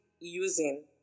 using